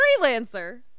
Freelancer